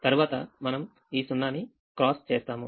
తర్వాత మనం ఈ 0 ని క్రాస్ చేస్తాము